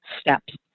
steps